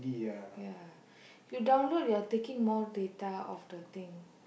ya you download you're taking more data of the thing